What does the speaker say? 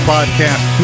Podcast